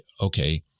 okay